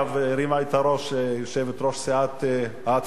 הרימה את הראש יושבת-ראש סיעת העצמאות,